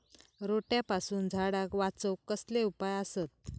रोट्यापासून झाडाक वाचौक कसले उपाय आसत?